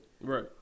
Right